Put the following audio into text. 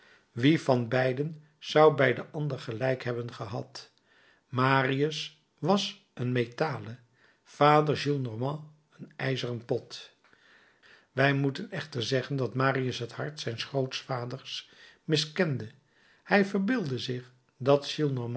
wie van beiden zou bij den ander gelijk hebben gehad marius was een metalen vader gillenormand een ijzeren pot wij moeten echter zeggen dat marius het hart zijns grootvaders miskende hij verbeeldde zich dat